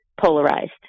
polarized